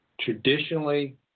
Traditionally